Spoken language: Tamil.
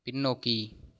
பின்னோக்கி